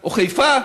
או חיפה,